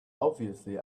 obviously